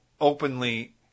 openly